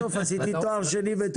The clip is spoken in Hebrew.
ההחזר החודשי הראשון שלך הוא אולי